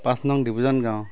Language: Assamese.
পাঁচ নং ডিভিজন গাঁও